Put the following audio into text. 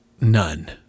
None